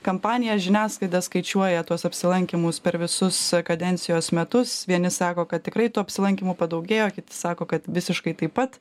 kampaniją žiniasklaida skaičiuoja tuos apsilankymus per visus kadencijos metus vieni sako kad tikrai tų apsilankymų padaugėjo kiti sako kad visiškai taip pat